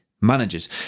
managers